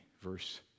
verse